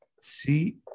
see